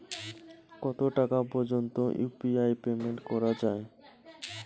কত টাকা পর্যন্ত ইউ.পি.আই পেমেন্ট করা যায়?